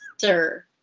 Sir